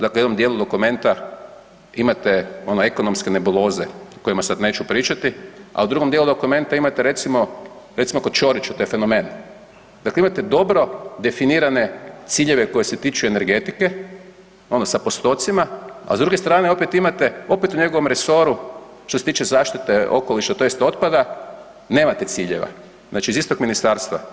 Dakle, u jednom dijelu dokumenta imate one ekonomske nebuloze o kojima sad neću pričati, a u drugom dijelu dokumenta imate recimo, recimo kod Ćorića to je fenomen, dakle imate dobro definirane ciljeve koje se tiču energetike, ono sa postocima, a s druge strane opet imate opet u njegovom resoru što se tiče zaštite okoliša tj. otpada nemate ciljeva, znači iz istog ministarstva.